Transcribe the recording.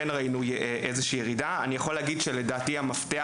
יכול להגיד שהמפתח